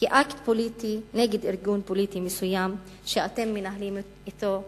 כאקט פוליטי נגד ארגון פוליטי מסוים שאתם מנהלים אתו משא-ומתן.